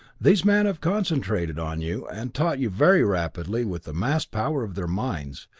these men have concentrated on you and taught you very rapidly with the massed power of their minds,